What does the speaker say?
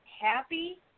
happy